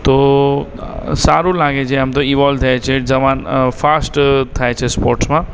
તો સારું લાગે છે આમ તો ઇવોલ થાય છે જવાન ફાસ્ટ થાય છે સ્પોર્ટ્સમાં